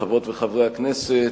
חברות וחברי הכנסת,